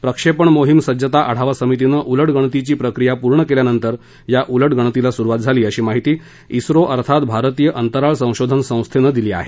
प्रक्षेपण मोहीम सज्जता आढावा समितीनं उलटगणतीची प्रक्रिया पूर्ण केल्यानंतर उलटगणतीला सुरुवात झाली अशी माहिती झो अर्थात भारतीय अंतराळ संशोधन संस्थेनं दिली आहे